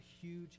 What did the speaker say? huge